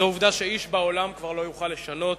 זו עובדה שאיש בעולם כבר לא יוכל לשנות.